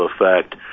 effect